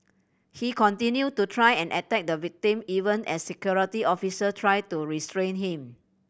he continued to try and attack the victim even as security officer tried to restrain him